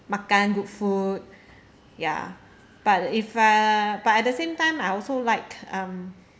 makan good food ya but if I uh but at the same time I also like um